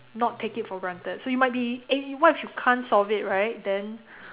not take it for granted so you might be eh what if you can't solve it right then